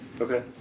Okay